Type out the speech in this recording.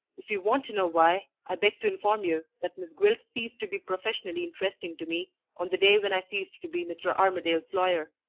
if you want to know why, i beg to inform you that miss gwilt ceased to be professionally interesting to me on the day when i ceased to be mr. armadale's lawyer.